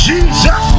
Jesus